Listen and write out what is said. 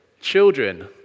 children